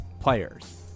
players